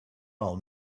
all